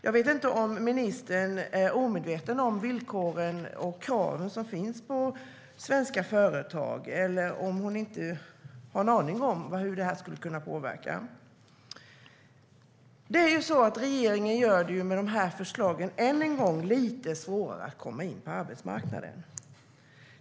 Jag vet inte om ministern är omedveten om villkoren för och kraven som finns på svenska företag eller inte har en aning om hur det skulle kunna påverka. Regeringen gör med dessa förslag det än en gång lite svårare för människor att komma in på arbetsmarknaden.